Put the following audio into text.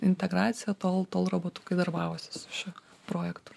integracija tol tol robotukai darbavosi su šiuo projektu